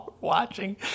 watching